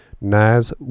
Naz